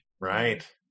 Right